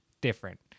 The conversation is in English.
different